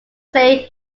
say